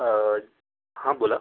हा बोला